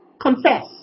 Confess